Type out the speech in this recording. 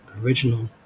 original